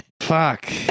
Fuck